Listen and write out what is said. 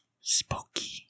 spooky